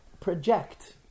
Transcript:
project